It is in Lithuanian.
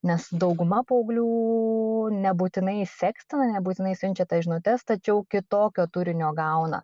nes dauguma paauglių nebūtinai sekstina nebūtinai siunčia tas žinutes tačiau kitokio turinio gauna